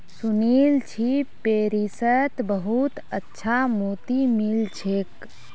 सुनील छि पेरिसत बहुत अच्छा मोति मिल छेक